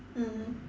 mmhmm